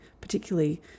particularly